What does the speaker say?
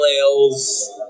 ales